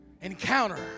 encounter